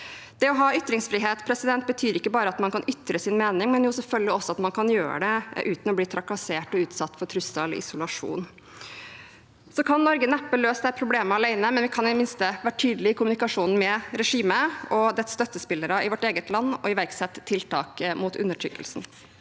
Det å ha ytringsfrihet betyr ikke bare at man kan ytre sin mening, men selvfølgelig også at man kan gjøre det uten å bli trakassert og utsatt for trusler eller isolasjon. Norge kan neppe løse dette problemet alene, men vi kan i det minste være tydelig i kommunikasjonen med regimet og dets støttespillere i vårt eget land, og iverksette tiltak mot undertrykkelsen.